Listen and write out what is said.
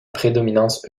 prédominance